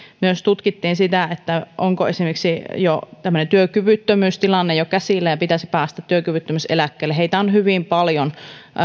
myös tutkittiin sitä onko esimerkiksi työkyvyttömyystilanne jo käsillä että pitäisi päästä työkyvyttömyyseläkkeelle siinä tilanteessa olevia on hyvin paljon